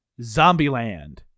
Zombieland